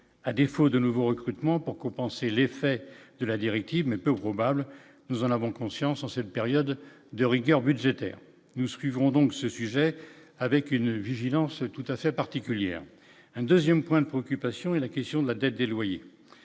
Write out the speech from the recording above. à défaut de nouveaux recrutements pour compenser l'effet de la directive, mais peu probable, nous en avons conscience en cette période de rigueur budgétaire, nous suivons donc ce sujet avec une vigilance tout à fait particulière, un 2ème, point de préoccupations et la question de la dette des loyers,